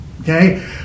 Okay